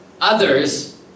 Others